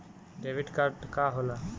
Debit card का होला?